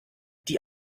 die